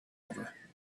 ever